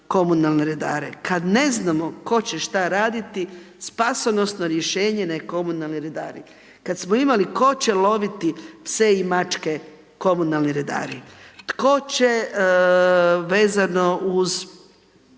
Kada ne znamo tko će što raditi spasonosno rješenje … komunalni redari. Kada smo imali tko će loviti pse i mačke, komunalni redari. Tko će vezano uz